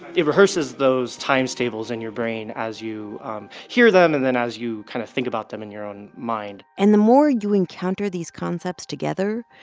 it rehearses those times tables in your brain as you um hear them and then as you kind of think about them in your own mind and the more you encounter these concepts together,